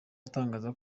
atangaza